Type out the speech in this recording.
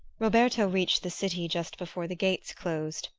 roberto reached the city just before the gates closed.